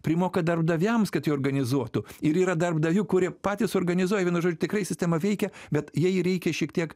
primoka darbdaviams kad jie organizuotų ir yra darbdavių kurie patys organizuoja vienu žodžiu tikrai sistema veikia bet jei reikia šiek tiek